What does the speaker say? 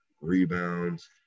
rebounds